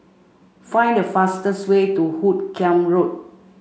find the fastest way to Hoot Kiam Road